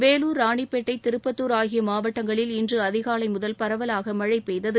வேலூர் ராணிப்பேட்டை திருப்பத்தூர் ஆகிய மாவட்டங்களில் இன்று அதிகாலை முதல் பரவலாக மழை பெய்தது